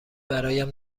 برایم